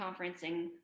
conferencing